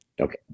Okay